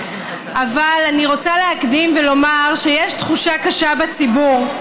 אבל אני רוצה להקדים ולומר שיש תחושה קשה בציבור.